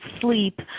sleep